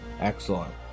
Excellent